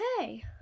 Okay